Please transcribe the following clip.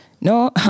no